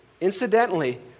incidentally